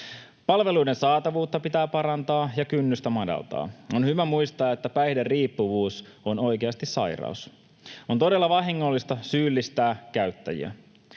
Palveluiden saatavuutta pitää parantaa ja kynnystä madaltaa. On hyvä muistaa, että päihderiippuvuus on oikeasti sairaus. On todella vahingollista syyllistää käyttäjiä.